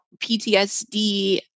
PTSD